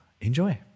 Enjoy